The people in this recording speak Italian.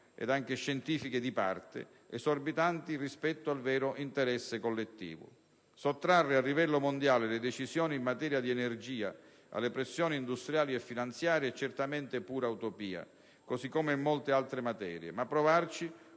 e anche scientifiche di parte, esorbitanti rispetto al vero interesse collettivo. Sottrarre a livello mondiale le decisioni in materia di energia alle pressioni industriali e finanziarie è certamente pura utopia (così come in molte altre materie), ma provarci,